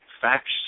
facts